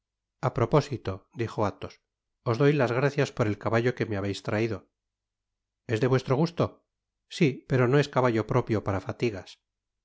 propósito dijo athos os doy las gracias por el caballo que me habeis traido i es de vuestro gusto sí pero no es caballo propio para fatigas